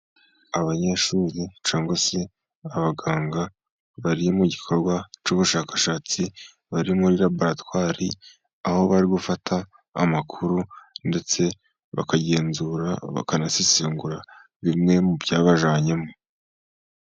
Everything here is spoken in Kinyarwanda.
Abanyeshuri cyangwa se abaganga, bari mu gikorwa cy'ubushakashatsi, bari muri laboratwari aho bari gufata amakuru, ndetse bakagenzura bakanasesengura bimwe mu byabajyanyemo.